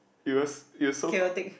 it was it was so chaotic